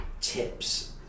tips